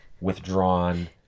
withdrawn